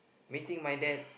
meeting my dad